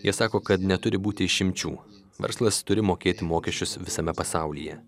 jie sako kad neturi būti išimčių verslas turi mokėti mokesčius visame pasaulyje